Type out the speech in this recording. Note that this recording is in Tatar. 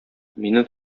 мине